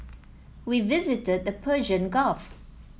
we visited the Persian Gulf